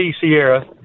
Sierra